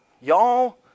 y'all